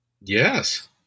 Yes